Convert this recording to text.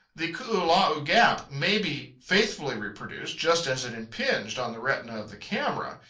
the koolau gap may be faithfully reproduced, just as it impinged on the retina of the camera,